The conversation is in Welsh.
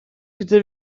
gyda